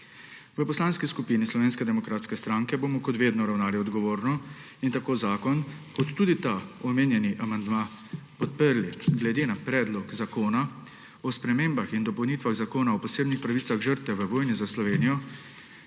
V Poslanski skupini Slovenske demokratske stranke bomo kot vedno ravnali odgovorno in tako zakon kot tudi ta omenjeni amandma podprli. Glede na Predlog zakona o spremembah in dopolnitvah Zakona o posebnih pravicah žrtev v vojni za Slovenijo